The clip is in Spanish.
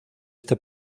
este